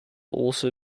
also